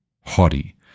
haughty